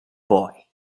boy